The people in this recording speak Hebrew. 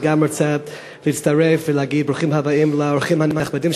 גם אני רוצה להצטרף ולהגיד ברוכים הבאים לאורחים הנכבדים